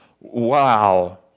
Wow